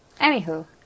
anywho